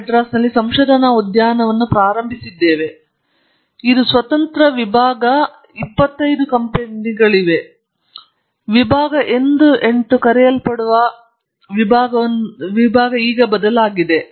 ಆದ್ದರಿಂದ ನಾವು ಐಐಟಿಎಂ ಸಂಶೋಧನಾ ಉದ್ಯಾನವನ್ನು ಪ್ರಾರಂಭಿಸಿದ್ದೇವೆ ಇದು ಸ್ವತಂತ್ರ ವಿಭಾಗ 25 ಕಂಪನಿಯಾಗಿದೆ ವಿಭಾಗ 8 ಎಂದು ಕರೆಯಲ್ಪಡುವ ವಿಭಾಗವನ್ನು ಈಗ ಬದಲಾಗಿದೆ ಎಂದು ನಾನು ಭಾವಿಸುತ್ತೇನೆ